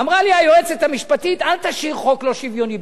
אמרה לי היועצת המשפטית: אל תשאיר חוק לא שוויוני,